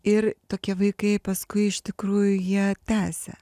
ir tokie vaikai paskui iš tikrųjų jie tęsia